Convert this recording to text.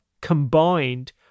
combined